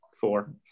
four